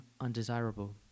undesirable